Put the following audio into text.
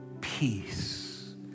peace